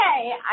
okay